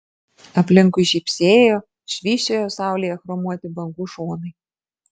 aplinkui žybsėjo švysčiojo saulėje chromuoti bangų šonai